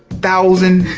thousand